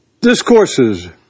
discourses